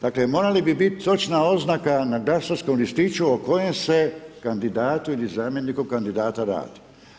Dakle morala bi biti točna oznaka na glasačkom listiću o kojem se kandidatu ili zamjeniku kandidata radi.